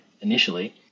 initially